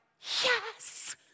yes